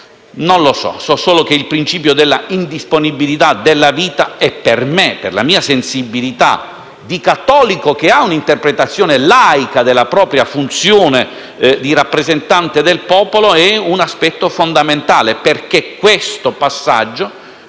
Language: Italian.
Non lo so. So solo che il principio della indisponibilità della vita è per me, e per la mia sensibilità di cattolico che ha un'interpretazione laica della propria funzione di rappresentante del popolo, un aspetto fondamentale. Infatti, a mio